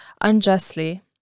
unjustly